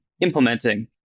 implementing